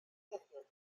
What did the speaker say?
périodes